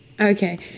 Okay